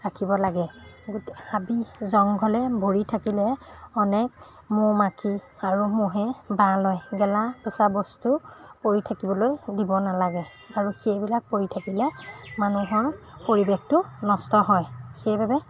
ৰাখিব লাগে গোটেই আমি জংঘলে ভৰি থাকিলে অনেক মৌমাখি আৰু মহে বাহ লয় গেলা পঁচা বস্তু পৰি থাকিবলৈ দিব নালাগে আৰু সেইবিলাক পৰি থাকিলে মানুহৰ পৰিৱেশটো নষ্ট হয় সেইবাবে